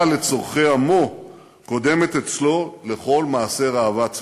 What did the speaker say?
לצורכי עמו קודמת אצלו לכל מעשה ראווה צבאי.